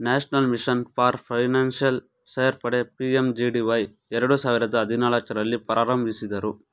national mission for financial ಸೇರ್ಪಡೆ PMJDY ಎರಡು ಸಾವಿರದ ಹದಿನಾಲ್ಕು ರಲ್ಲಿ ಪ್ರಾರಂಭಿಸಿದ್ದ್ರು